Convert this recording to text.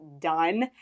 done